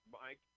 Mike